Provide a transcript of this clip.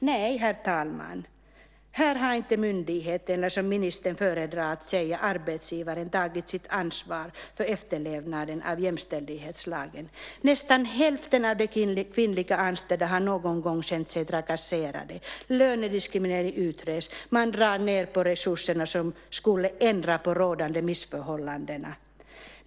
Nej, herr talman, här har inte myndigheterna eller, som ministern fördrar att säga, "arbetsgivaren" tagit sitt ansvar för efterlevande av jämställdhetslagen. Nästan hälften av de kvinnliga anställda har någon gång känt sig trakasserade. Lönediskrimineringen utreds. Man drar ned på de resurser som skulle kunna ändra på rådande missförhållanden.